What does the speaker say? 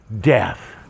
death